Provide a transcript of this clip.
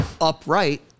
upright